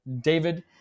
David